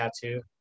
tattoo